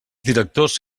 directors